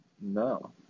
No